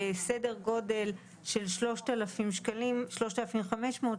סדר גודל של 3,000 3,500 שקלים,